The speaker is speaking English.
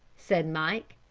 said mike.